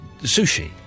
sushi